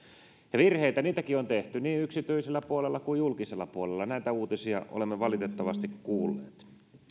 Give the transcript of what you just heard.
ja virheitäkin on tehty niin yksityisellä puolella kuin julkisella puolella näitä uutisia olemme valitettavasti kuulleet